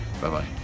Bye-bye